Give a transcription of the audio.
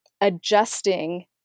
adjusting